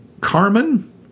Carmen